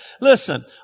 listen